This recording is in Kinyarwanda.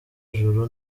juru